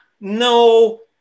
no